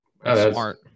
smart